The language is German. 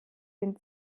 den